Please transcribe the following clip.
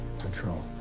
...control